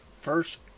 first